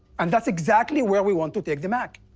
and that's exactly where we want to take the mac.